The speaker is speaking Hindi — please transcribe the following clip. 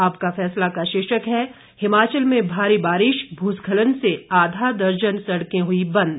आपका फैसला का शीर्षक है हिमाचल में भारी बारिश भूस्खलन से आधा दर्जन सड़कें हुई बंद